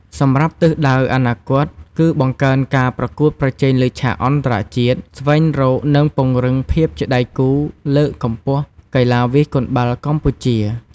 សម្រាប់ទិសដៅអនាគត គឺបង្កើនការប្រកួតប្រជែងលើឆាកអន្តរជាតិ ស្វែងរកនិងពង្រឹងភាពជាដៃគូ លើកកម្ពស់កីឡាវាយកូនបាល់កម្ពុជា។